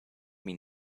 mean